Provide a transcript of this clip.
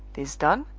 this done,